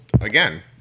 again